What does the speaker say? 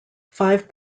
five